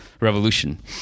revolution